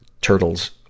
Turtles